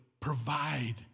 Provide